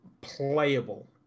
playable